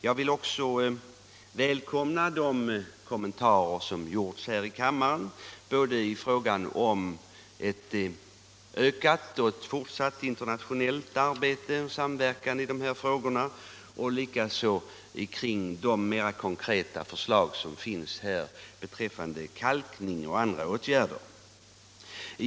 Jag vill också tacksamt notera de kommentarer som gjorts här i kammaren när det gäller såväl ökat och fortsatt internationellt arbete i olika länder som internationell samverkan i de här frågorna, liksom beträffande de mer konkreta förslagen om kalkning och andra åtgärder.